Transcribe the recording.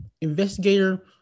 investigator